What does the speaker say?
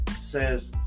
says